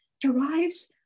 derives